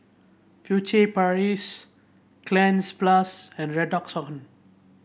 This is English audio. Furtere Paris Cleanz Plus and Redoxon